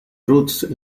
roots